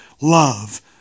Love